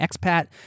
expat